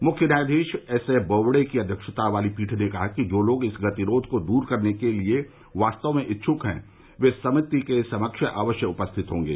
मुख्य न्यायाधीश S A Bobde की अध्यक्षता वाली पीठ ने कहा कि जो लोग इस गतिरोध को दूर करने के लिए वास्तव में इच्छुक हैं वे समिति के समक्ष अवश्य उपस्थित होंगे